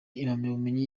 impamyabumenyi